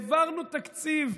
העברנו תקציב,